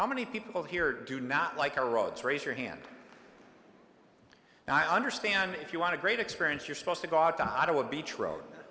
how many people here do not like our roads raise your hand and i understand if you want a great experience you're supposed to go out to howard beach road